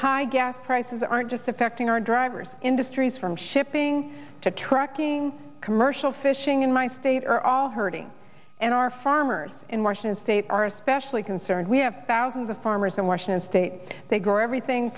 high gas prices aren't just affecting our drivers industries from shipping to trucking commercial fishing in my state are all hurting and our farmers in washington state are especially concerned we have thousands of farmers in washington state they grow everything